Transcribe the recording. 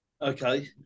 okay